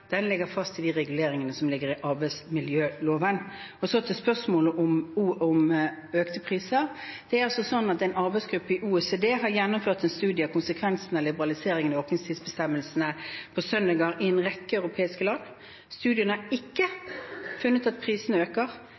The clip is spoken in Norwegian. Den ligger fast i de reguleringene som ligger i arbeidsmiljøloven. Så til spørsmålet om økte priser. En arbeidsgruppe i OECD har gjennomført en studie av konsekvensene av liberaliseringen av åpningstidsbestemmelsene på søndager i en rekke europeiske land. Studien har ikke funnet at prisene øker.